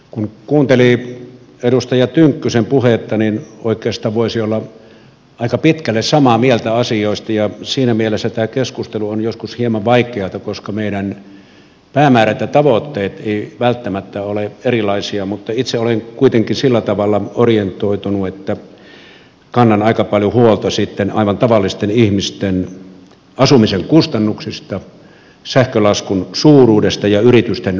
kun kuunteli edustaja tynkkysen puhetta niin oikeastaan voisi olla aika pitkälle samaa mieltä asioista ja siinä mielessä tämä keskustelu on joskus hieman vaikeata koska meidän päämäärät ja tavoitteet eivät välttämättä ole erilaisia mutta itse olen kuitenkin sillä tavalla orientoitunut että kannan aika paljon huolta aivan tavallisten ihmisten asumisen kustannuksista sähkölaskun suuruudesta ja yritysten pärjäämisestä